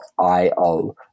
i-o